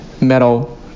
metal